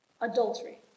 Adultery